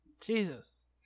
jesus